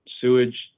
sewage